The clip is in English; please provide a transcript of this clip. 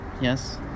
yes